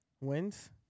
Wins